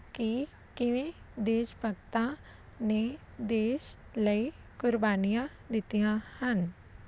ਕਿ ਕਿਵੇਂ ਦੇਸ਼ ਭਗਤਾਂ ਨੇ ਦੇਸ਼ ਲਈ ਕੁਰਬਾਨੀਆਂ ਦਿੱਤੀਆਂ ਹਨ